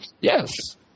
Yes